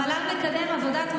למה הוא צועק עליה?